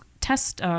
test